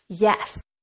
Yes